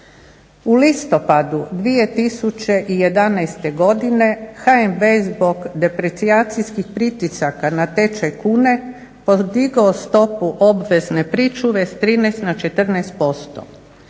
U listopadu 2011. godine HNB je zbog deprecijacijskih pritisaka na tečaj kune podigao stopu obvezne pričuve s 13 na 14%.